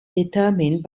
determined